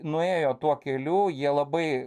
nuėjo tuo keliu jie labai